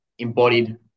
embodied